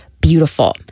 beautiful